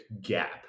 gap